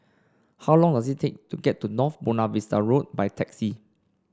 how long does it take to get to North Buona Vista Road by taxi